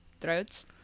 throats